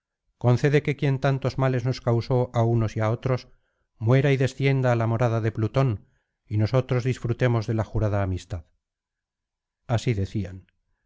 concede que quien tantos males nos causó á unos y á otros muera y descienda á la morada de plutón y nosotros disfrutemos de la jurada amistad así decían